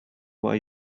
why